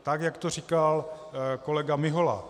Tak jak to říkal kolega Mihola.